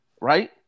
right